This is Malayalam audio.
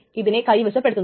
അപ്പോൾ ഇതിനെ അനുവദിക്കും